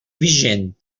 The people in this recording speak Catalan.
vigent